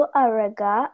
araga